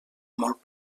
molt